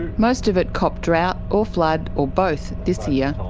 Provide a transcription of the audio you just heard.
most of it copped drought or flood or both this year.